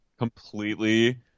Completely